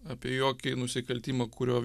apie jokį nusikaltimą kurio